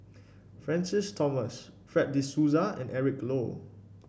Francis Thomas Fred De Souza and Eric Low